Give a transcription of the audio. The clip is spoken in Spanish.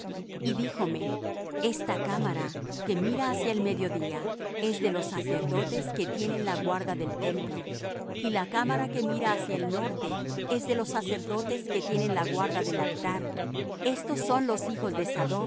y díjome esta cámara que mira hacia el mediodía es de los sacerdotes que tienen la guarda del templo y la cámara que mira hacia el norte es de los sacerdotes que tienen la guarda del altar estos son los hijos de